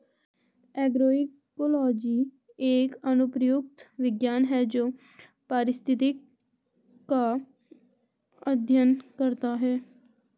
agroecology एक अनुप्रयुक्त विज्ञान है जो पारिस्थितिक का अध्ययन करता है